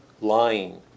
lying